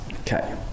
okay